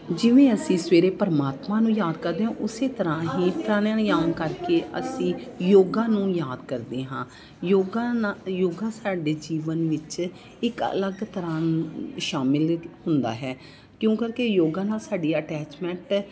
ਜਿਵੇਂ ਅਸੀਂ ਸਵੇਰੇ ਪਰਮਾਤਮਾ ਨੂੰ ਯਾਦ ਕਰਦੇ ਹਾਂ ਉਸ ਤਰ੍ਹਾਂ ਹੀ ਪ੍ਰਾਣਾਯਾਮ ਕਰਕੇ ਅਸੀਂ ਯੋਗਾ ਨੂੰ ਯਾਦ ਕਰਦੇ ਹਾਂ ਯੋਗਾ ਨਾ ਯੋਗਾ ਸਾਡੇ ਜੀਵਨ ਵਿੱਚ ਇੱਕ ਅਲੱਗ ਤਰ੍ਹਾਂ ਸ਼ਾਮਿਲ ਹੁੰਦਾ ਹੈ ਕਿਉਂ ਕਰਕੇ ਯੋਗਾ ਨਾਲ ਸਾਡੀ ਅਟੈਚਮੈਂਟ